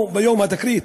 או ביום התקרית?